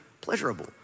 pleasurable